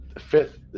fifth